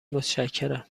متشکرم